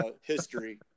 history